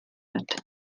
hat